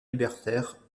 libertaire